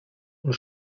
und